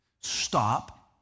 Stop